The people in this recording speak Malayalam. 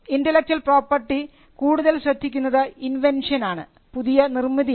ഇന്റെലക്ച്വൽ പ്രോപ്പർട്ടി കൂടുതൽ ശ്രദ്ധിക്കുന്നത് ഇൻവെൻഷൻ ആണ് പുതിയ നിർമ്മിതിയാണ്